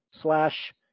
slash